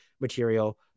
material